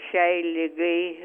šiai ligai